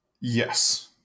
Yes